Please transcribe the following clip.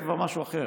זה כבר משהו אחר.